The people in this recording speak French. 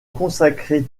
consacrer